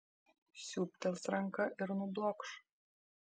siūbtels ranka ir nublokš